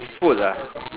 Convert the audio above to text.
food ah